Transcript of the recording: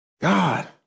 God